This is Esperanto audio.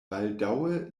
baldaŭe